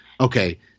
okay